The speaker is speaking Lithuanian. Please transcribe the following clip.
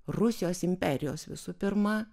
rusijos imperijos visų pirma